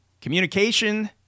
communication